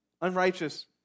Unrighteous